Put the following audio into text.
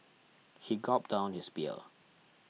he gulped down his beer